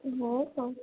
हो का